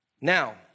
Now